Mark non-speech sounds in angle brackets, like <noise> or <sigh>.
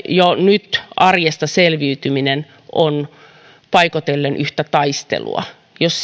jo nyt arjesta selviytyminen on paikoitellen yhtä taistelua jos <unintelligible>